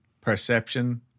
perception